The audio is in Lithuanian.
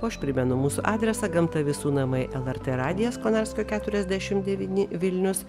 o aš primenu mūsų adresą gamta visų namai lrt radijas konarskio keturiasdešimt devyni vilnius